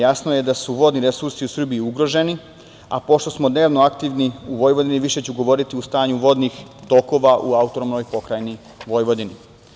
Jasno je da su vodni resursi u Srbiji ugroženi, a pošto smo dnevno aktivni u Vojvodini, više ću govoriti o stanju vodenih tokova u AP Vojvodini.